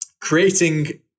creating